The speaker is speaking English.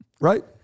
Right